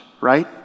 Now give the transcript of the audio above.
right